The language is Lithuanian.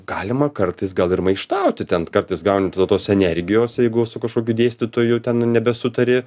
galima kartais gal ir maištauti ten kartais gauni tos energijos jeigu su kažkokiu dėstytoju ten nebesutari